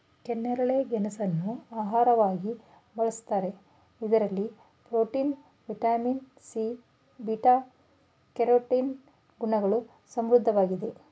ಕೆನ್ನೇರಳೆ ಗೆಣಸನ್ನು ಆಹಾರವಾಗಿ ಬಳ್ಸತ್ತರೆ ಇದರಲ್ಲಿ protein, vitamin C, beta carotene ಗುಣಗಳು ಸಮೃದ್ಧವಾಗಿದೆ